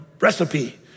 recipe